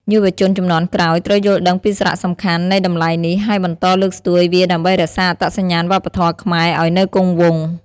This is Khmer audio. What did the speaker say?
យុវជនជំនាន់ក្រោយត្រូវយល់ដឹងពីសារៈសំខាន់នៃតម្លៃនេះ ហើយបន្តលើកស្ទួយវាដើម្បីរក្សាអត្តសញ្ញាណវប្បធម៌ខ្មែរឲ្យនៅគង់វង្ស។